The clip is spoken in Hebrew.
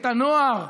את הנוער,